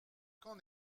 qu’en